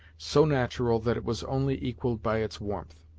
so natural that it was only equaled by its warmth.